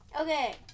okay